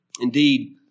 indeed